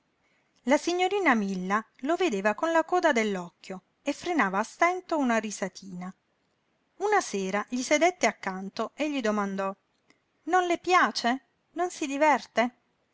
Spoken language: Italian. la signorina milla lo vedeva con la coda dell'occhio e frenava a stento una risatina una sera gli sedette accanto e gli domandò non le piace non si diverte